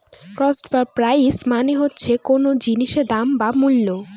cost বা price মানে হচ্ছে কোন জিনিসের দাম বা মূল্য